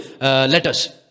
letters